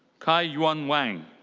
kaiyuan wang.